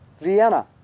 vienna